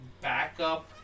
backup